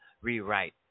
rewrite